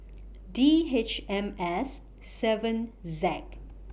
D H M S seven Z